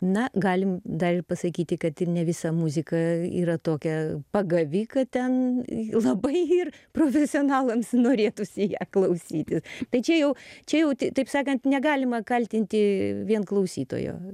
na galim dar ir pasakyti kad ne visa muzika yra tokia pagavi kad ten labai ir profesionalams norėtųsi ją klausyti tai čia jau čia jau t taip sakant negalima kaltinti vien klausytojo